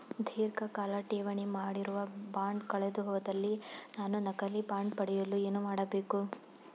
ಧೀರ್ಘಕಾಲ ಠೇವಣಿ ಮಾಡಿರುವ ಬಾಂಡ್ ಕಳೆದುಹೋದಲ್ಲಿ ನಾನು ನಕಲಿ ಬಾಂಡ್ ಪಡೆಯಲು ಏನು ಮಾಡಬೇಕು?